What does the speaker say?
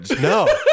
No